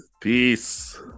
Peace